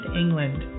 England